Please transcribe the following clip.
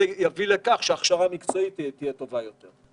יביא לכך שההכשרה המקצועית תהיה טובה יותר.